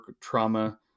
trauma